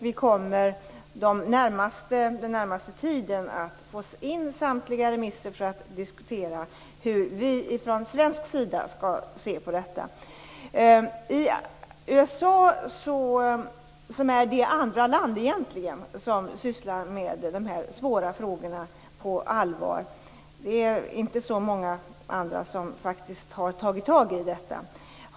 Vi kommer under den närmaste tiden att få in samtliga remissvar så att vi kan diskutera hur vi i Sverige skall se på detta. USA är det andra landet som sysslar med dessa svåra frågor på allvar - det är inte så många andra länder som har tagit itu med detta.